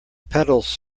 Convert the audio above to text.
petals